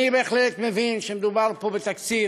אני בהחלט מבין שמדובר פה בתקציב